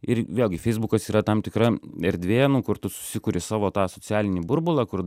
ir vėlgi feisbukas yra tam tikra erdvė nu kur tu susikuri savo tą socialinį burbulą kur